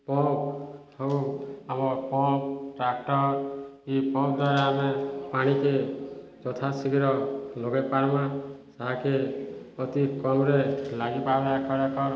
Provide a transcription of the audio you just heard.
pump ହଉ ଆମ pump tractor ଏ ପମ୍ପ ଦ୍ୱାରା ଆମେ ପାଣିକି ଯଥା ଶୀଘ୍ର ଲଗେଇ ପାରମା ଯାହାକେ ଅତି କମ୍ରେ ଲାଗିପାରୁ ଏକର୍ ଏକର୍